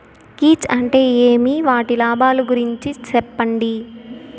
కీచ్ అంటే ఏమి? వాటి లాభాలు గురించి సెప్పండి?